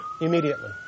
Immediately